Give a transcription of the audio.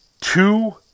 two